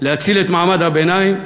להציל את מעמד הביניים,